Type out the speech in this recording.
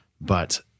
But-